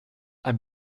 ein